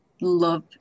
love